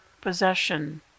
possession